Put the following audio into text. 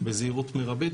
בזהירות מרבית,